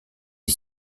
est